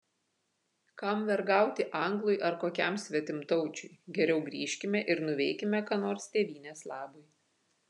kam vergauti anglui ar kokiam svetimtaučiui geriau grįžkime ir nuveikime ką nors tėvynės labui